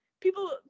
people